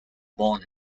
born